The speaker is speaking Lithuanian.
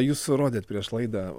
jūs rodėt prieš laidą